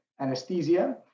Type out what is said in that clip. Anesthesia